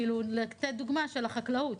לתת דוגמה של החקלאות.